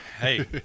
Hey